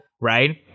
right